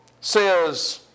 says